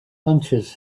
hunches